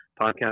podcast